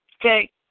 okay